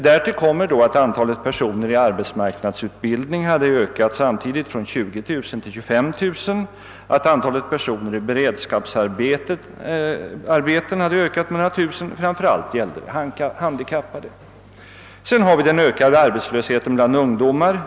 Därtill kommer att antalet personer i arbetsmarknadsutbildning samtidigt ökat från 20000 till 25000 och att de i beredskapsarbeten sysselsatta ökat med några tusen, framför allt handikappade. Vidare har vi den ökade arbetslösheten bland ungdomar.